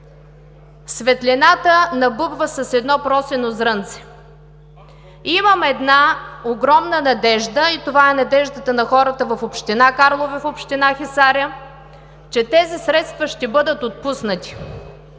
светлината набъбва с едно просено зрънце. Имам една огромна надежда и това е надеждата на хората в община Карлово и в община Хисаря, че тези средства ще бъдат отпуснати.